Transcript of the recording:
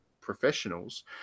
professionals